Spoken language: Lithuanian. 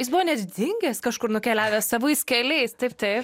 jis buvo net dingęs kažkur nukeliavęs savais keliais taip taip